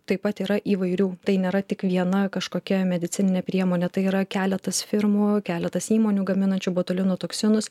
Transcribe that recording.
taip pat yra įvairių tai nėra tik viena kažkokia medicininė priemonė tai yra keletas firmų keletas įmonių gaminančių botulino toksinus